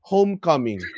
Homecoming